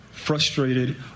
frustrated